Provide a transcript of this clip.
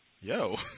yo